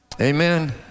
Amen